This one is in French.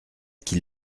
qu’il